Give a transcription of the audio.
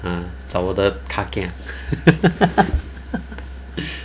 ah 找我的 ka kia